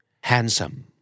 Handsome